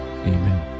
Amen